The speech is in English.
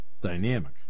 Dynamic